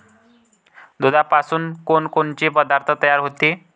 दुधापासून कोनकोनचे पदार्थ तयार होते?